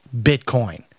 Bitcoin